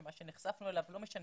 מה שנחשפנו אליו, ולא משנה,